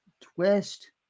twist